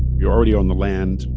you're already on the land,